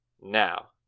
Now